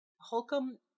Holcomb